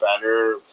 better